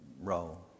role